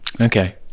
Okay